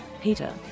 Peter